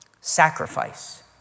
sacrifice